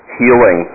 healing